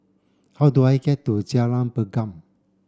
how do I get to Jalan Pergam